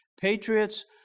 Patriots